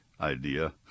idea